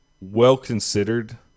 well-considered